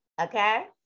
okay